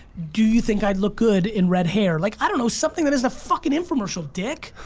do you think i'd look good in red hair? like i don't know something that isn't a fucking infomercial, dick.